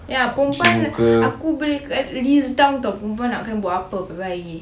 ya perempuan aku boleh list down [tau] perempuan nak kena buat apa pagi-pagi